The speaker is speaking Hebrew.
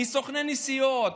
מסוכני נסיעות,